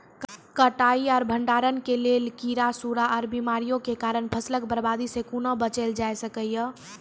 कटाई आर भंडारण के लेल कीड़ा, सूड़ा आर बीमारियों के कारण फसलक बर्बादी सॅ कूना बचेल जाय सकै ये?